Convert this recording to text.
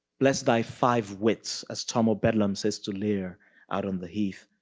bless thy five wits, as tom o' bedlam says to lear out on the heath,